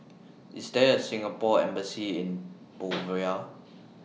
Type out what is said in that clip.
IS There A Singapore Embassy in Bolivia